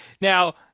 Now